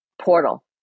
portal